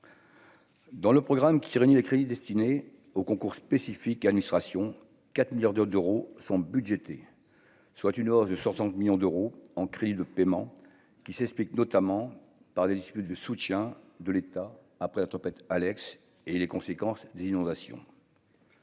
Dans le programme qui réunit les crédits destinés aux concours spécifiques administration 4 milliards d'euros sont budgétés, soit une hausse de sortants, millions d'euros en cris de paiement qui s'explique notamment par les disques de soutien de l'État après la tempête Alex et les conséquences des inondations.